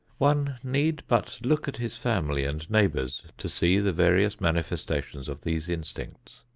one need but look at his family and neighbors to see the various manifestations of these instincts.